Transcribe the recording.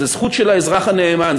זו זכות של האזרח הנאמן,